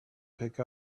pick